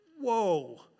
whoa